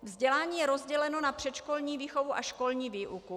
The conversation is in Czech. Vzdělání je rozděleno na předškolní výchovu a školní výuku.